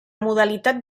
modalitat